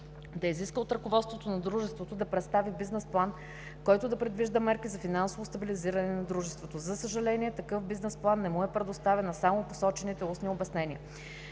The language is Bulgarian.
да изиска от ръководството на дружеството да представи бизнес план, който да предвижда мерки за финансово стабилизиране на дружеството. За съжаление, такъв бизнес план не му е предоставен, а само посочените устни обяснения.